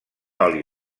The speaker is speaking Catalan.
oli